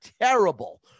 terrible